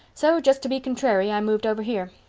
so, just to be contrary, i moved over here.